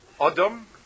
Adam